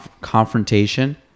confrontation